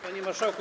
Panie Marszałku!